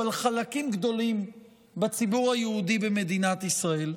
אבל חלקים גדולים בציבור היהודי במדינת ישראל.